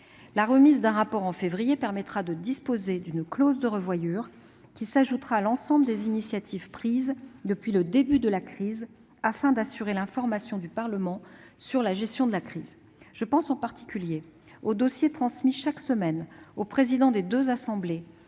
La remise d'un rapport au mois de février constituera une clause de revoyure, qui s'ajoutera à l'ensemble des initiatives prises depuis le début de la crise, afin d'assurer l'information du Parlement sur la gestion de l'épidémie. Je pense en particulier aux dossiers transmis chaque semaine aux présidents des deux assemblées